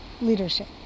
Leadership